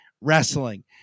wrestling